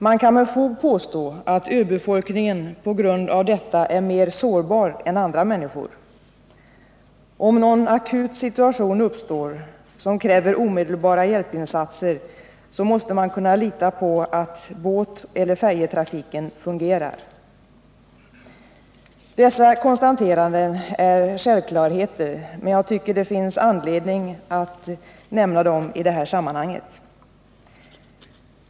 Man kan med fog påstå att öbefolkningen på grund av detta är mer sårbar än andra människor. Om en akut situation uppstår som kräver omedelbara hjälpinsatser måste man kunna lita på att båteller färjetrafiken fungerar. Dessa konstateranden är självklarheter, men jag tycker det finns anledning att nämna dem i detta sammanhang.